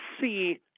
see